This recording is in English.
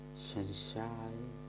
Sunshine